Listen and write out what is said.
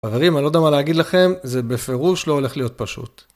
חברים, אני לא יודע מה להגיד לכם, זה בפירוש לא הולך להיות פשוט.